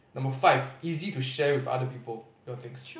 number five easy to share with other people your things